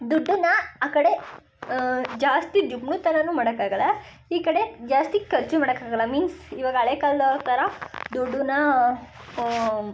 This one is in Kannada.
ದುಡ್ಡನ್ನ ಆ ಕಡೆ ಜಾಸ್ತಿ ಜಿಗ್ಣುತನಾನೂ ಮಾಡೋಕ್ಕಾಗಲ್ಲ ಈ ಕಡೆ ಜಾಸ್ತಿ ಖರ್ಚೂ ಮಾಡೋಕ್ಕಾಗಲ್ಲ ಮೀನ್ಸ್ ಇವಾಗ ಹಳೇ ಕಾಲ್ದವ್ರ ಥರ ದುಡ್ಡನ್ನ